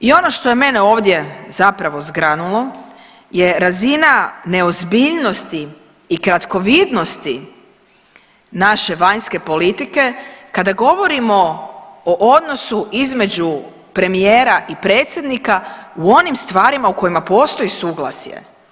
I ono što je mene ovdje zapravo zgranulo je razina neozbiljnosti i kratkovidnosti naše vanjske politike kada govorimo o odnosu između premijera i predsjednika u onim stvarima u kojima postoji suglasje.